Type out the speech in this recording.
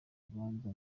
ikibanza